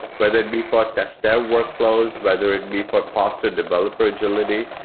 weather it'd be for test their workflows, whether it'd be for foster developer agility,